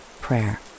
prayer